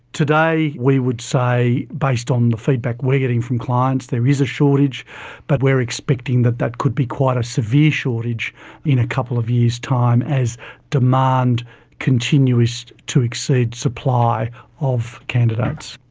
today we would say, based on the feedback we're getting from clients, there is a shortage but we're expecting that that could be quite a severe shortage in a couple of years' time as demand continues to exceed supply of candidates.